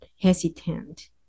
hesitant